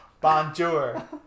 Bonjour